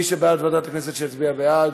מי שבעד ועדת הכנסת, שיצביע בעד.